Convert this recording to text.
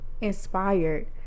inspired